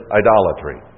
idolatry